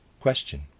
Question